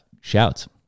Shouts